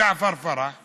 ג'עפר פרח ידידינו,